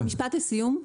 משפט לסיום.